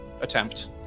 attempt